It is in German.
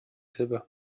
elbe